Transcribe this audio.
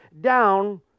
down